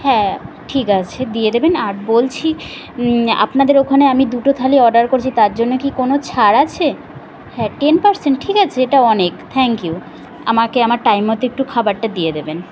হ্যাঁ ঠিক আছে দিয়ে দেবেন আর বলছি আপনাদের ওখানে আমি দুটো থালি অর্ডার করছি তার জন্য কি কোনো ছাড় আছে হ্যাঁ টেন পার্সেন্ট ঠিক আছে এটা অনেক থ্যাঙ্ক ইউ আমাকে আমার টাইম মতো একটু খাবারটা দিয়ে দেবেন